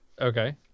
Okay